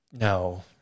no